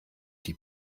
die